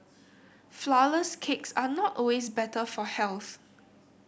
flourless cakes are not always better for health